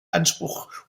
anspruch